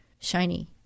shiny